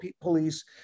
Police